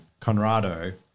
Conrado